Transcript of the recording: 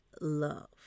love